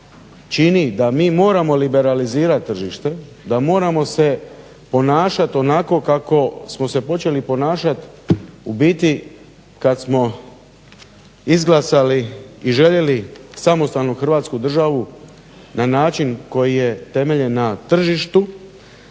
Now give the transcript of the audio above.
čini da mi moramo liberalizirat tržište, da moramo se ponašat onako kako smo se počeli ponašat u biti kad smo izglasali i željeli samostalnu Hrvatsku državu na način koji je temeljen na tržištu,